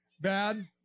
Bad